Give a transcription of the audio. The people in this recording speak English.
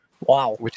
Wow